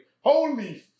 Holy